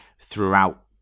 throughout